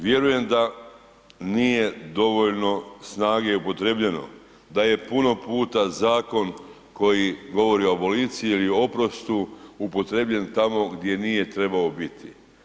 Vjerujem da nije dovoljno snage upotrijebljeno, da je puno puta zakon koji govori o aboliciji ili o oprostu upotrijebljen tamo gdje nije trebao biti.